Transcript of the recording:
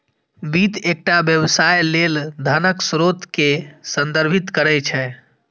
वित्त एकटा व्यवसाय लेल धनक स्रोत कें संदर्भित करै छै